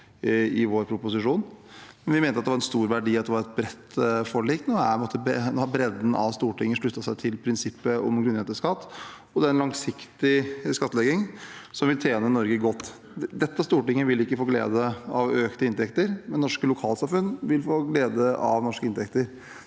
i vår proposisjon, men vi mente at det var av stor verdi at det var et bredt forlik. Nå har bredden av Stortinget sluttet seg til prinsippet om grunnrenteskatt, og det er en langsiktig skattlegging som vil tjene Norge godt. Dette stortinget vil ikke få glede av økte inntekter, men norske lokalsamfunn vil få glede av økte inntekter.